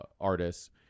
artists